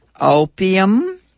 Opium